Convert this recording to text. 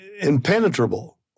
impenetrable